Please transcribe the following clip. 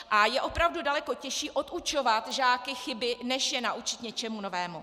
A je opravdu daleko těžší odučovat žáky chyby, než je naučit něčemu novému.